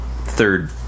third